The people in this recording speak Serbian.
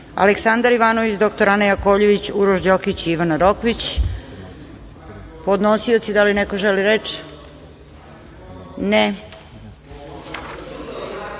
Aleksandar Ivanović, dr Ana Jakovljević, Uroš Đokić, Ivana Rokvić. Podnosioci, da li neko želi reč?